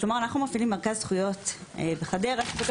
אנחנו מפעילים מרכז זכויות בחדרה שמקבל